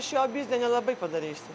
iš jo biznio nelabai padarysi